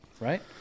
right